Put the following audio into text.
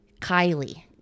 Kylie